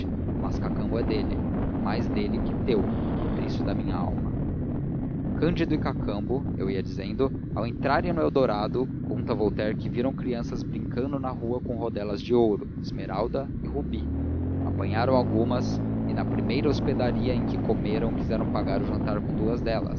mas cacambo é dele mais dele que teu patrício da minha alma cândido e cacambo ia eu dizendo ao entrarem no eldorado conta voltaire que viram crianças brincando na rua com rodelas de ouro esmeralda e rubi apanharam algumas e na primeira hospedaria em que comeram quiseram pagar o jantar com duas delas